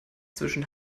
zwischen